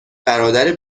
برادر